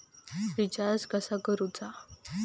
Recharge कसा करूचा?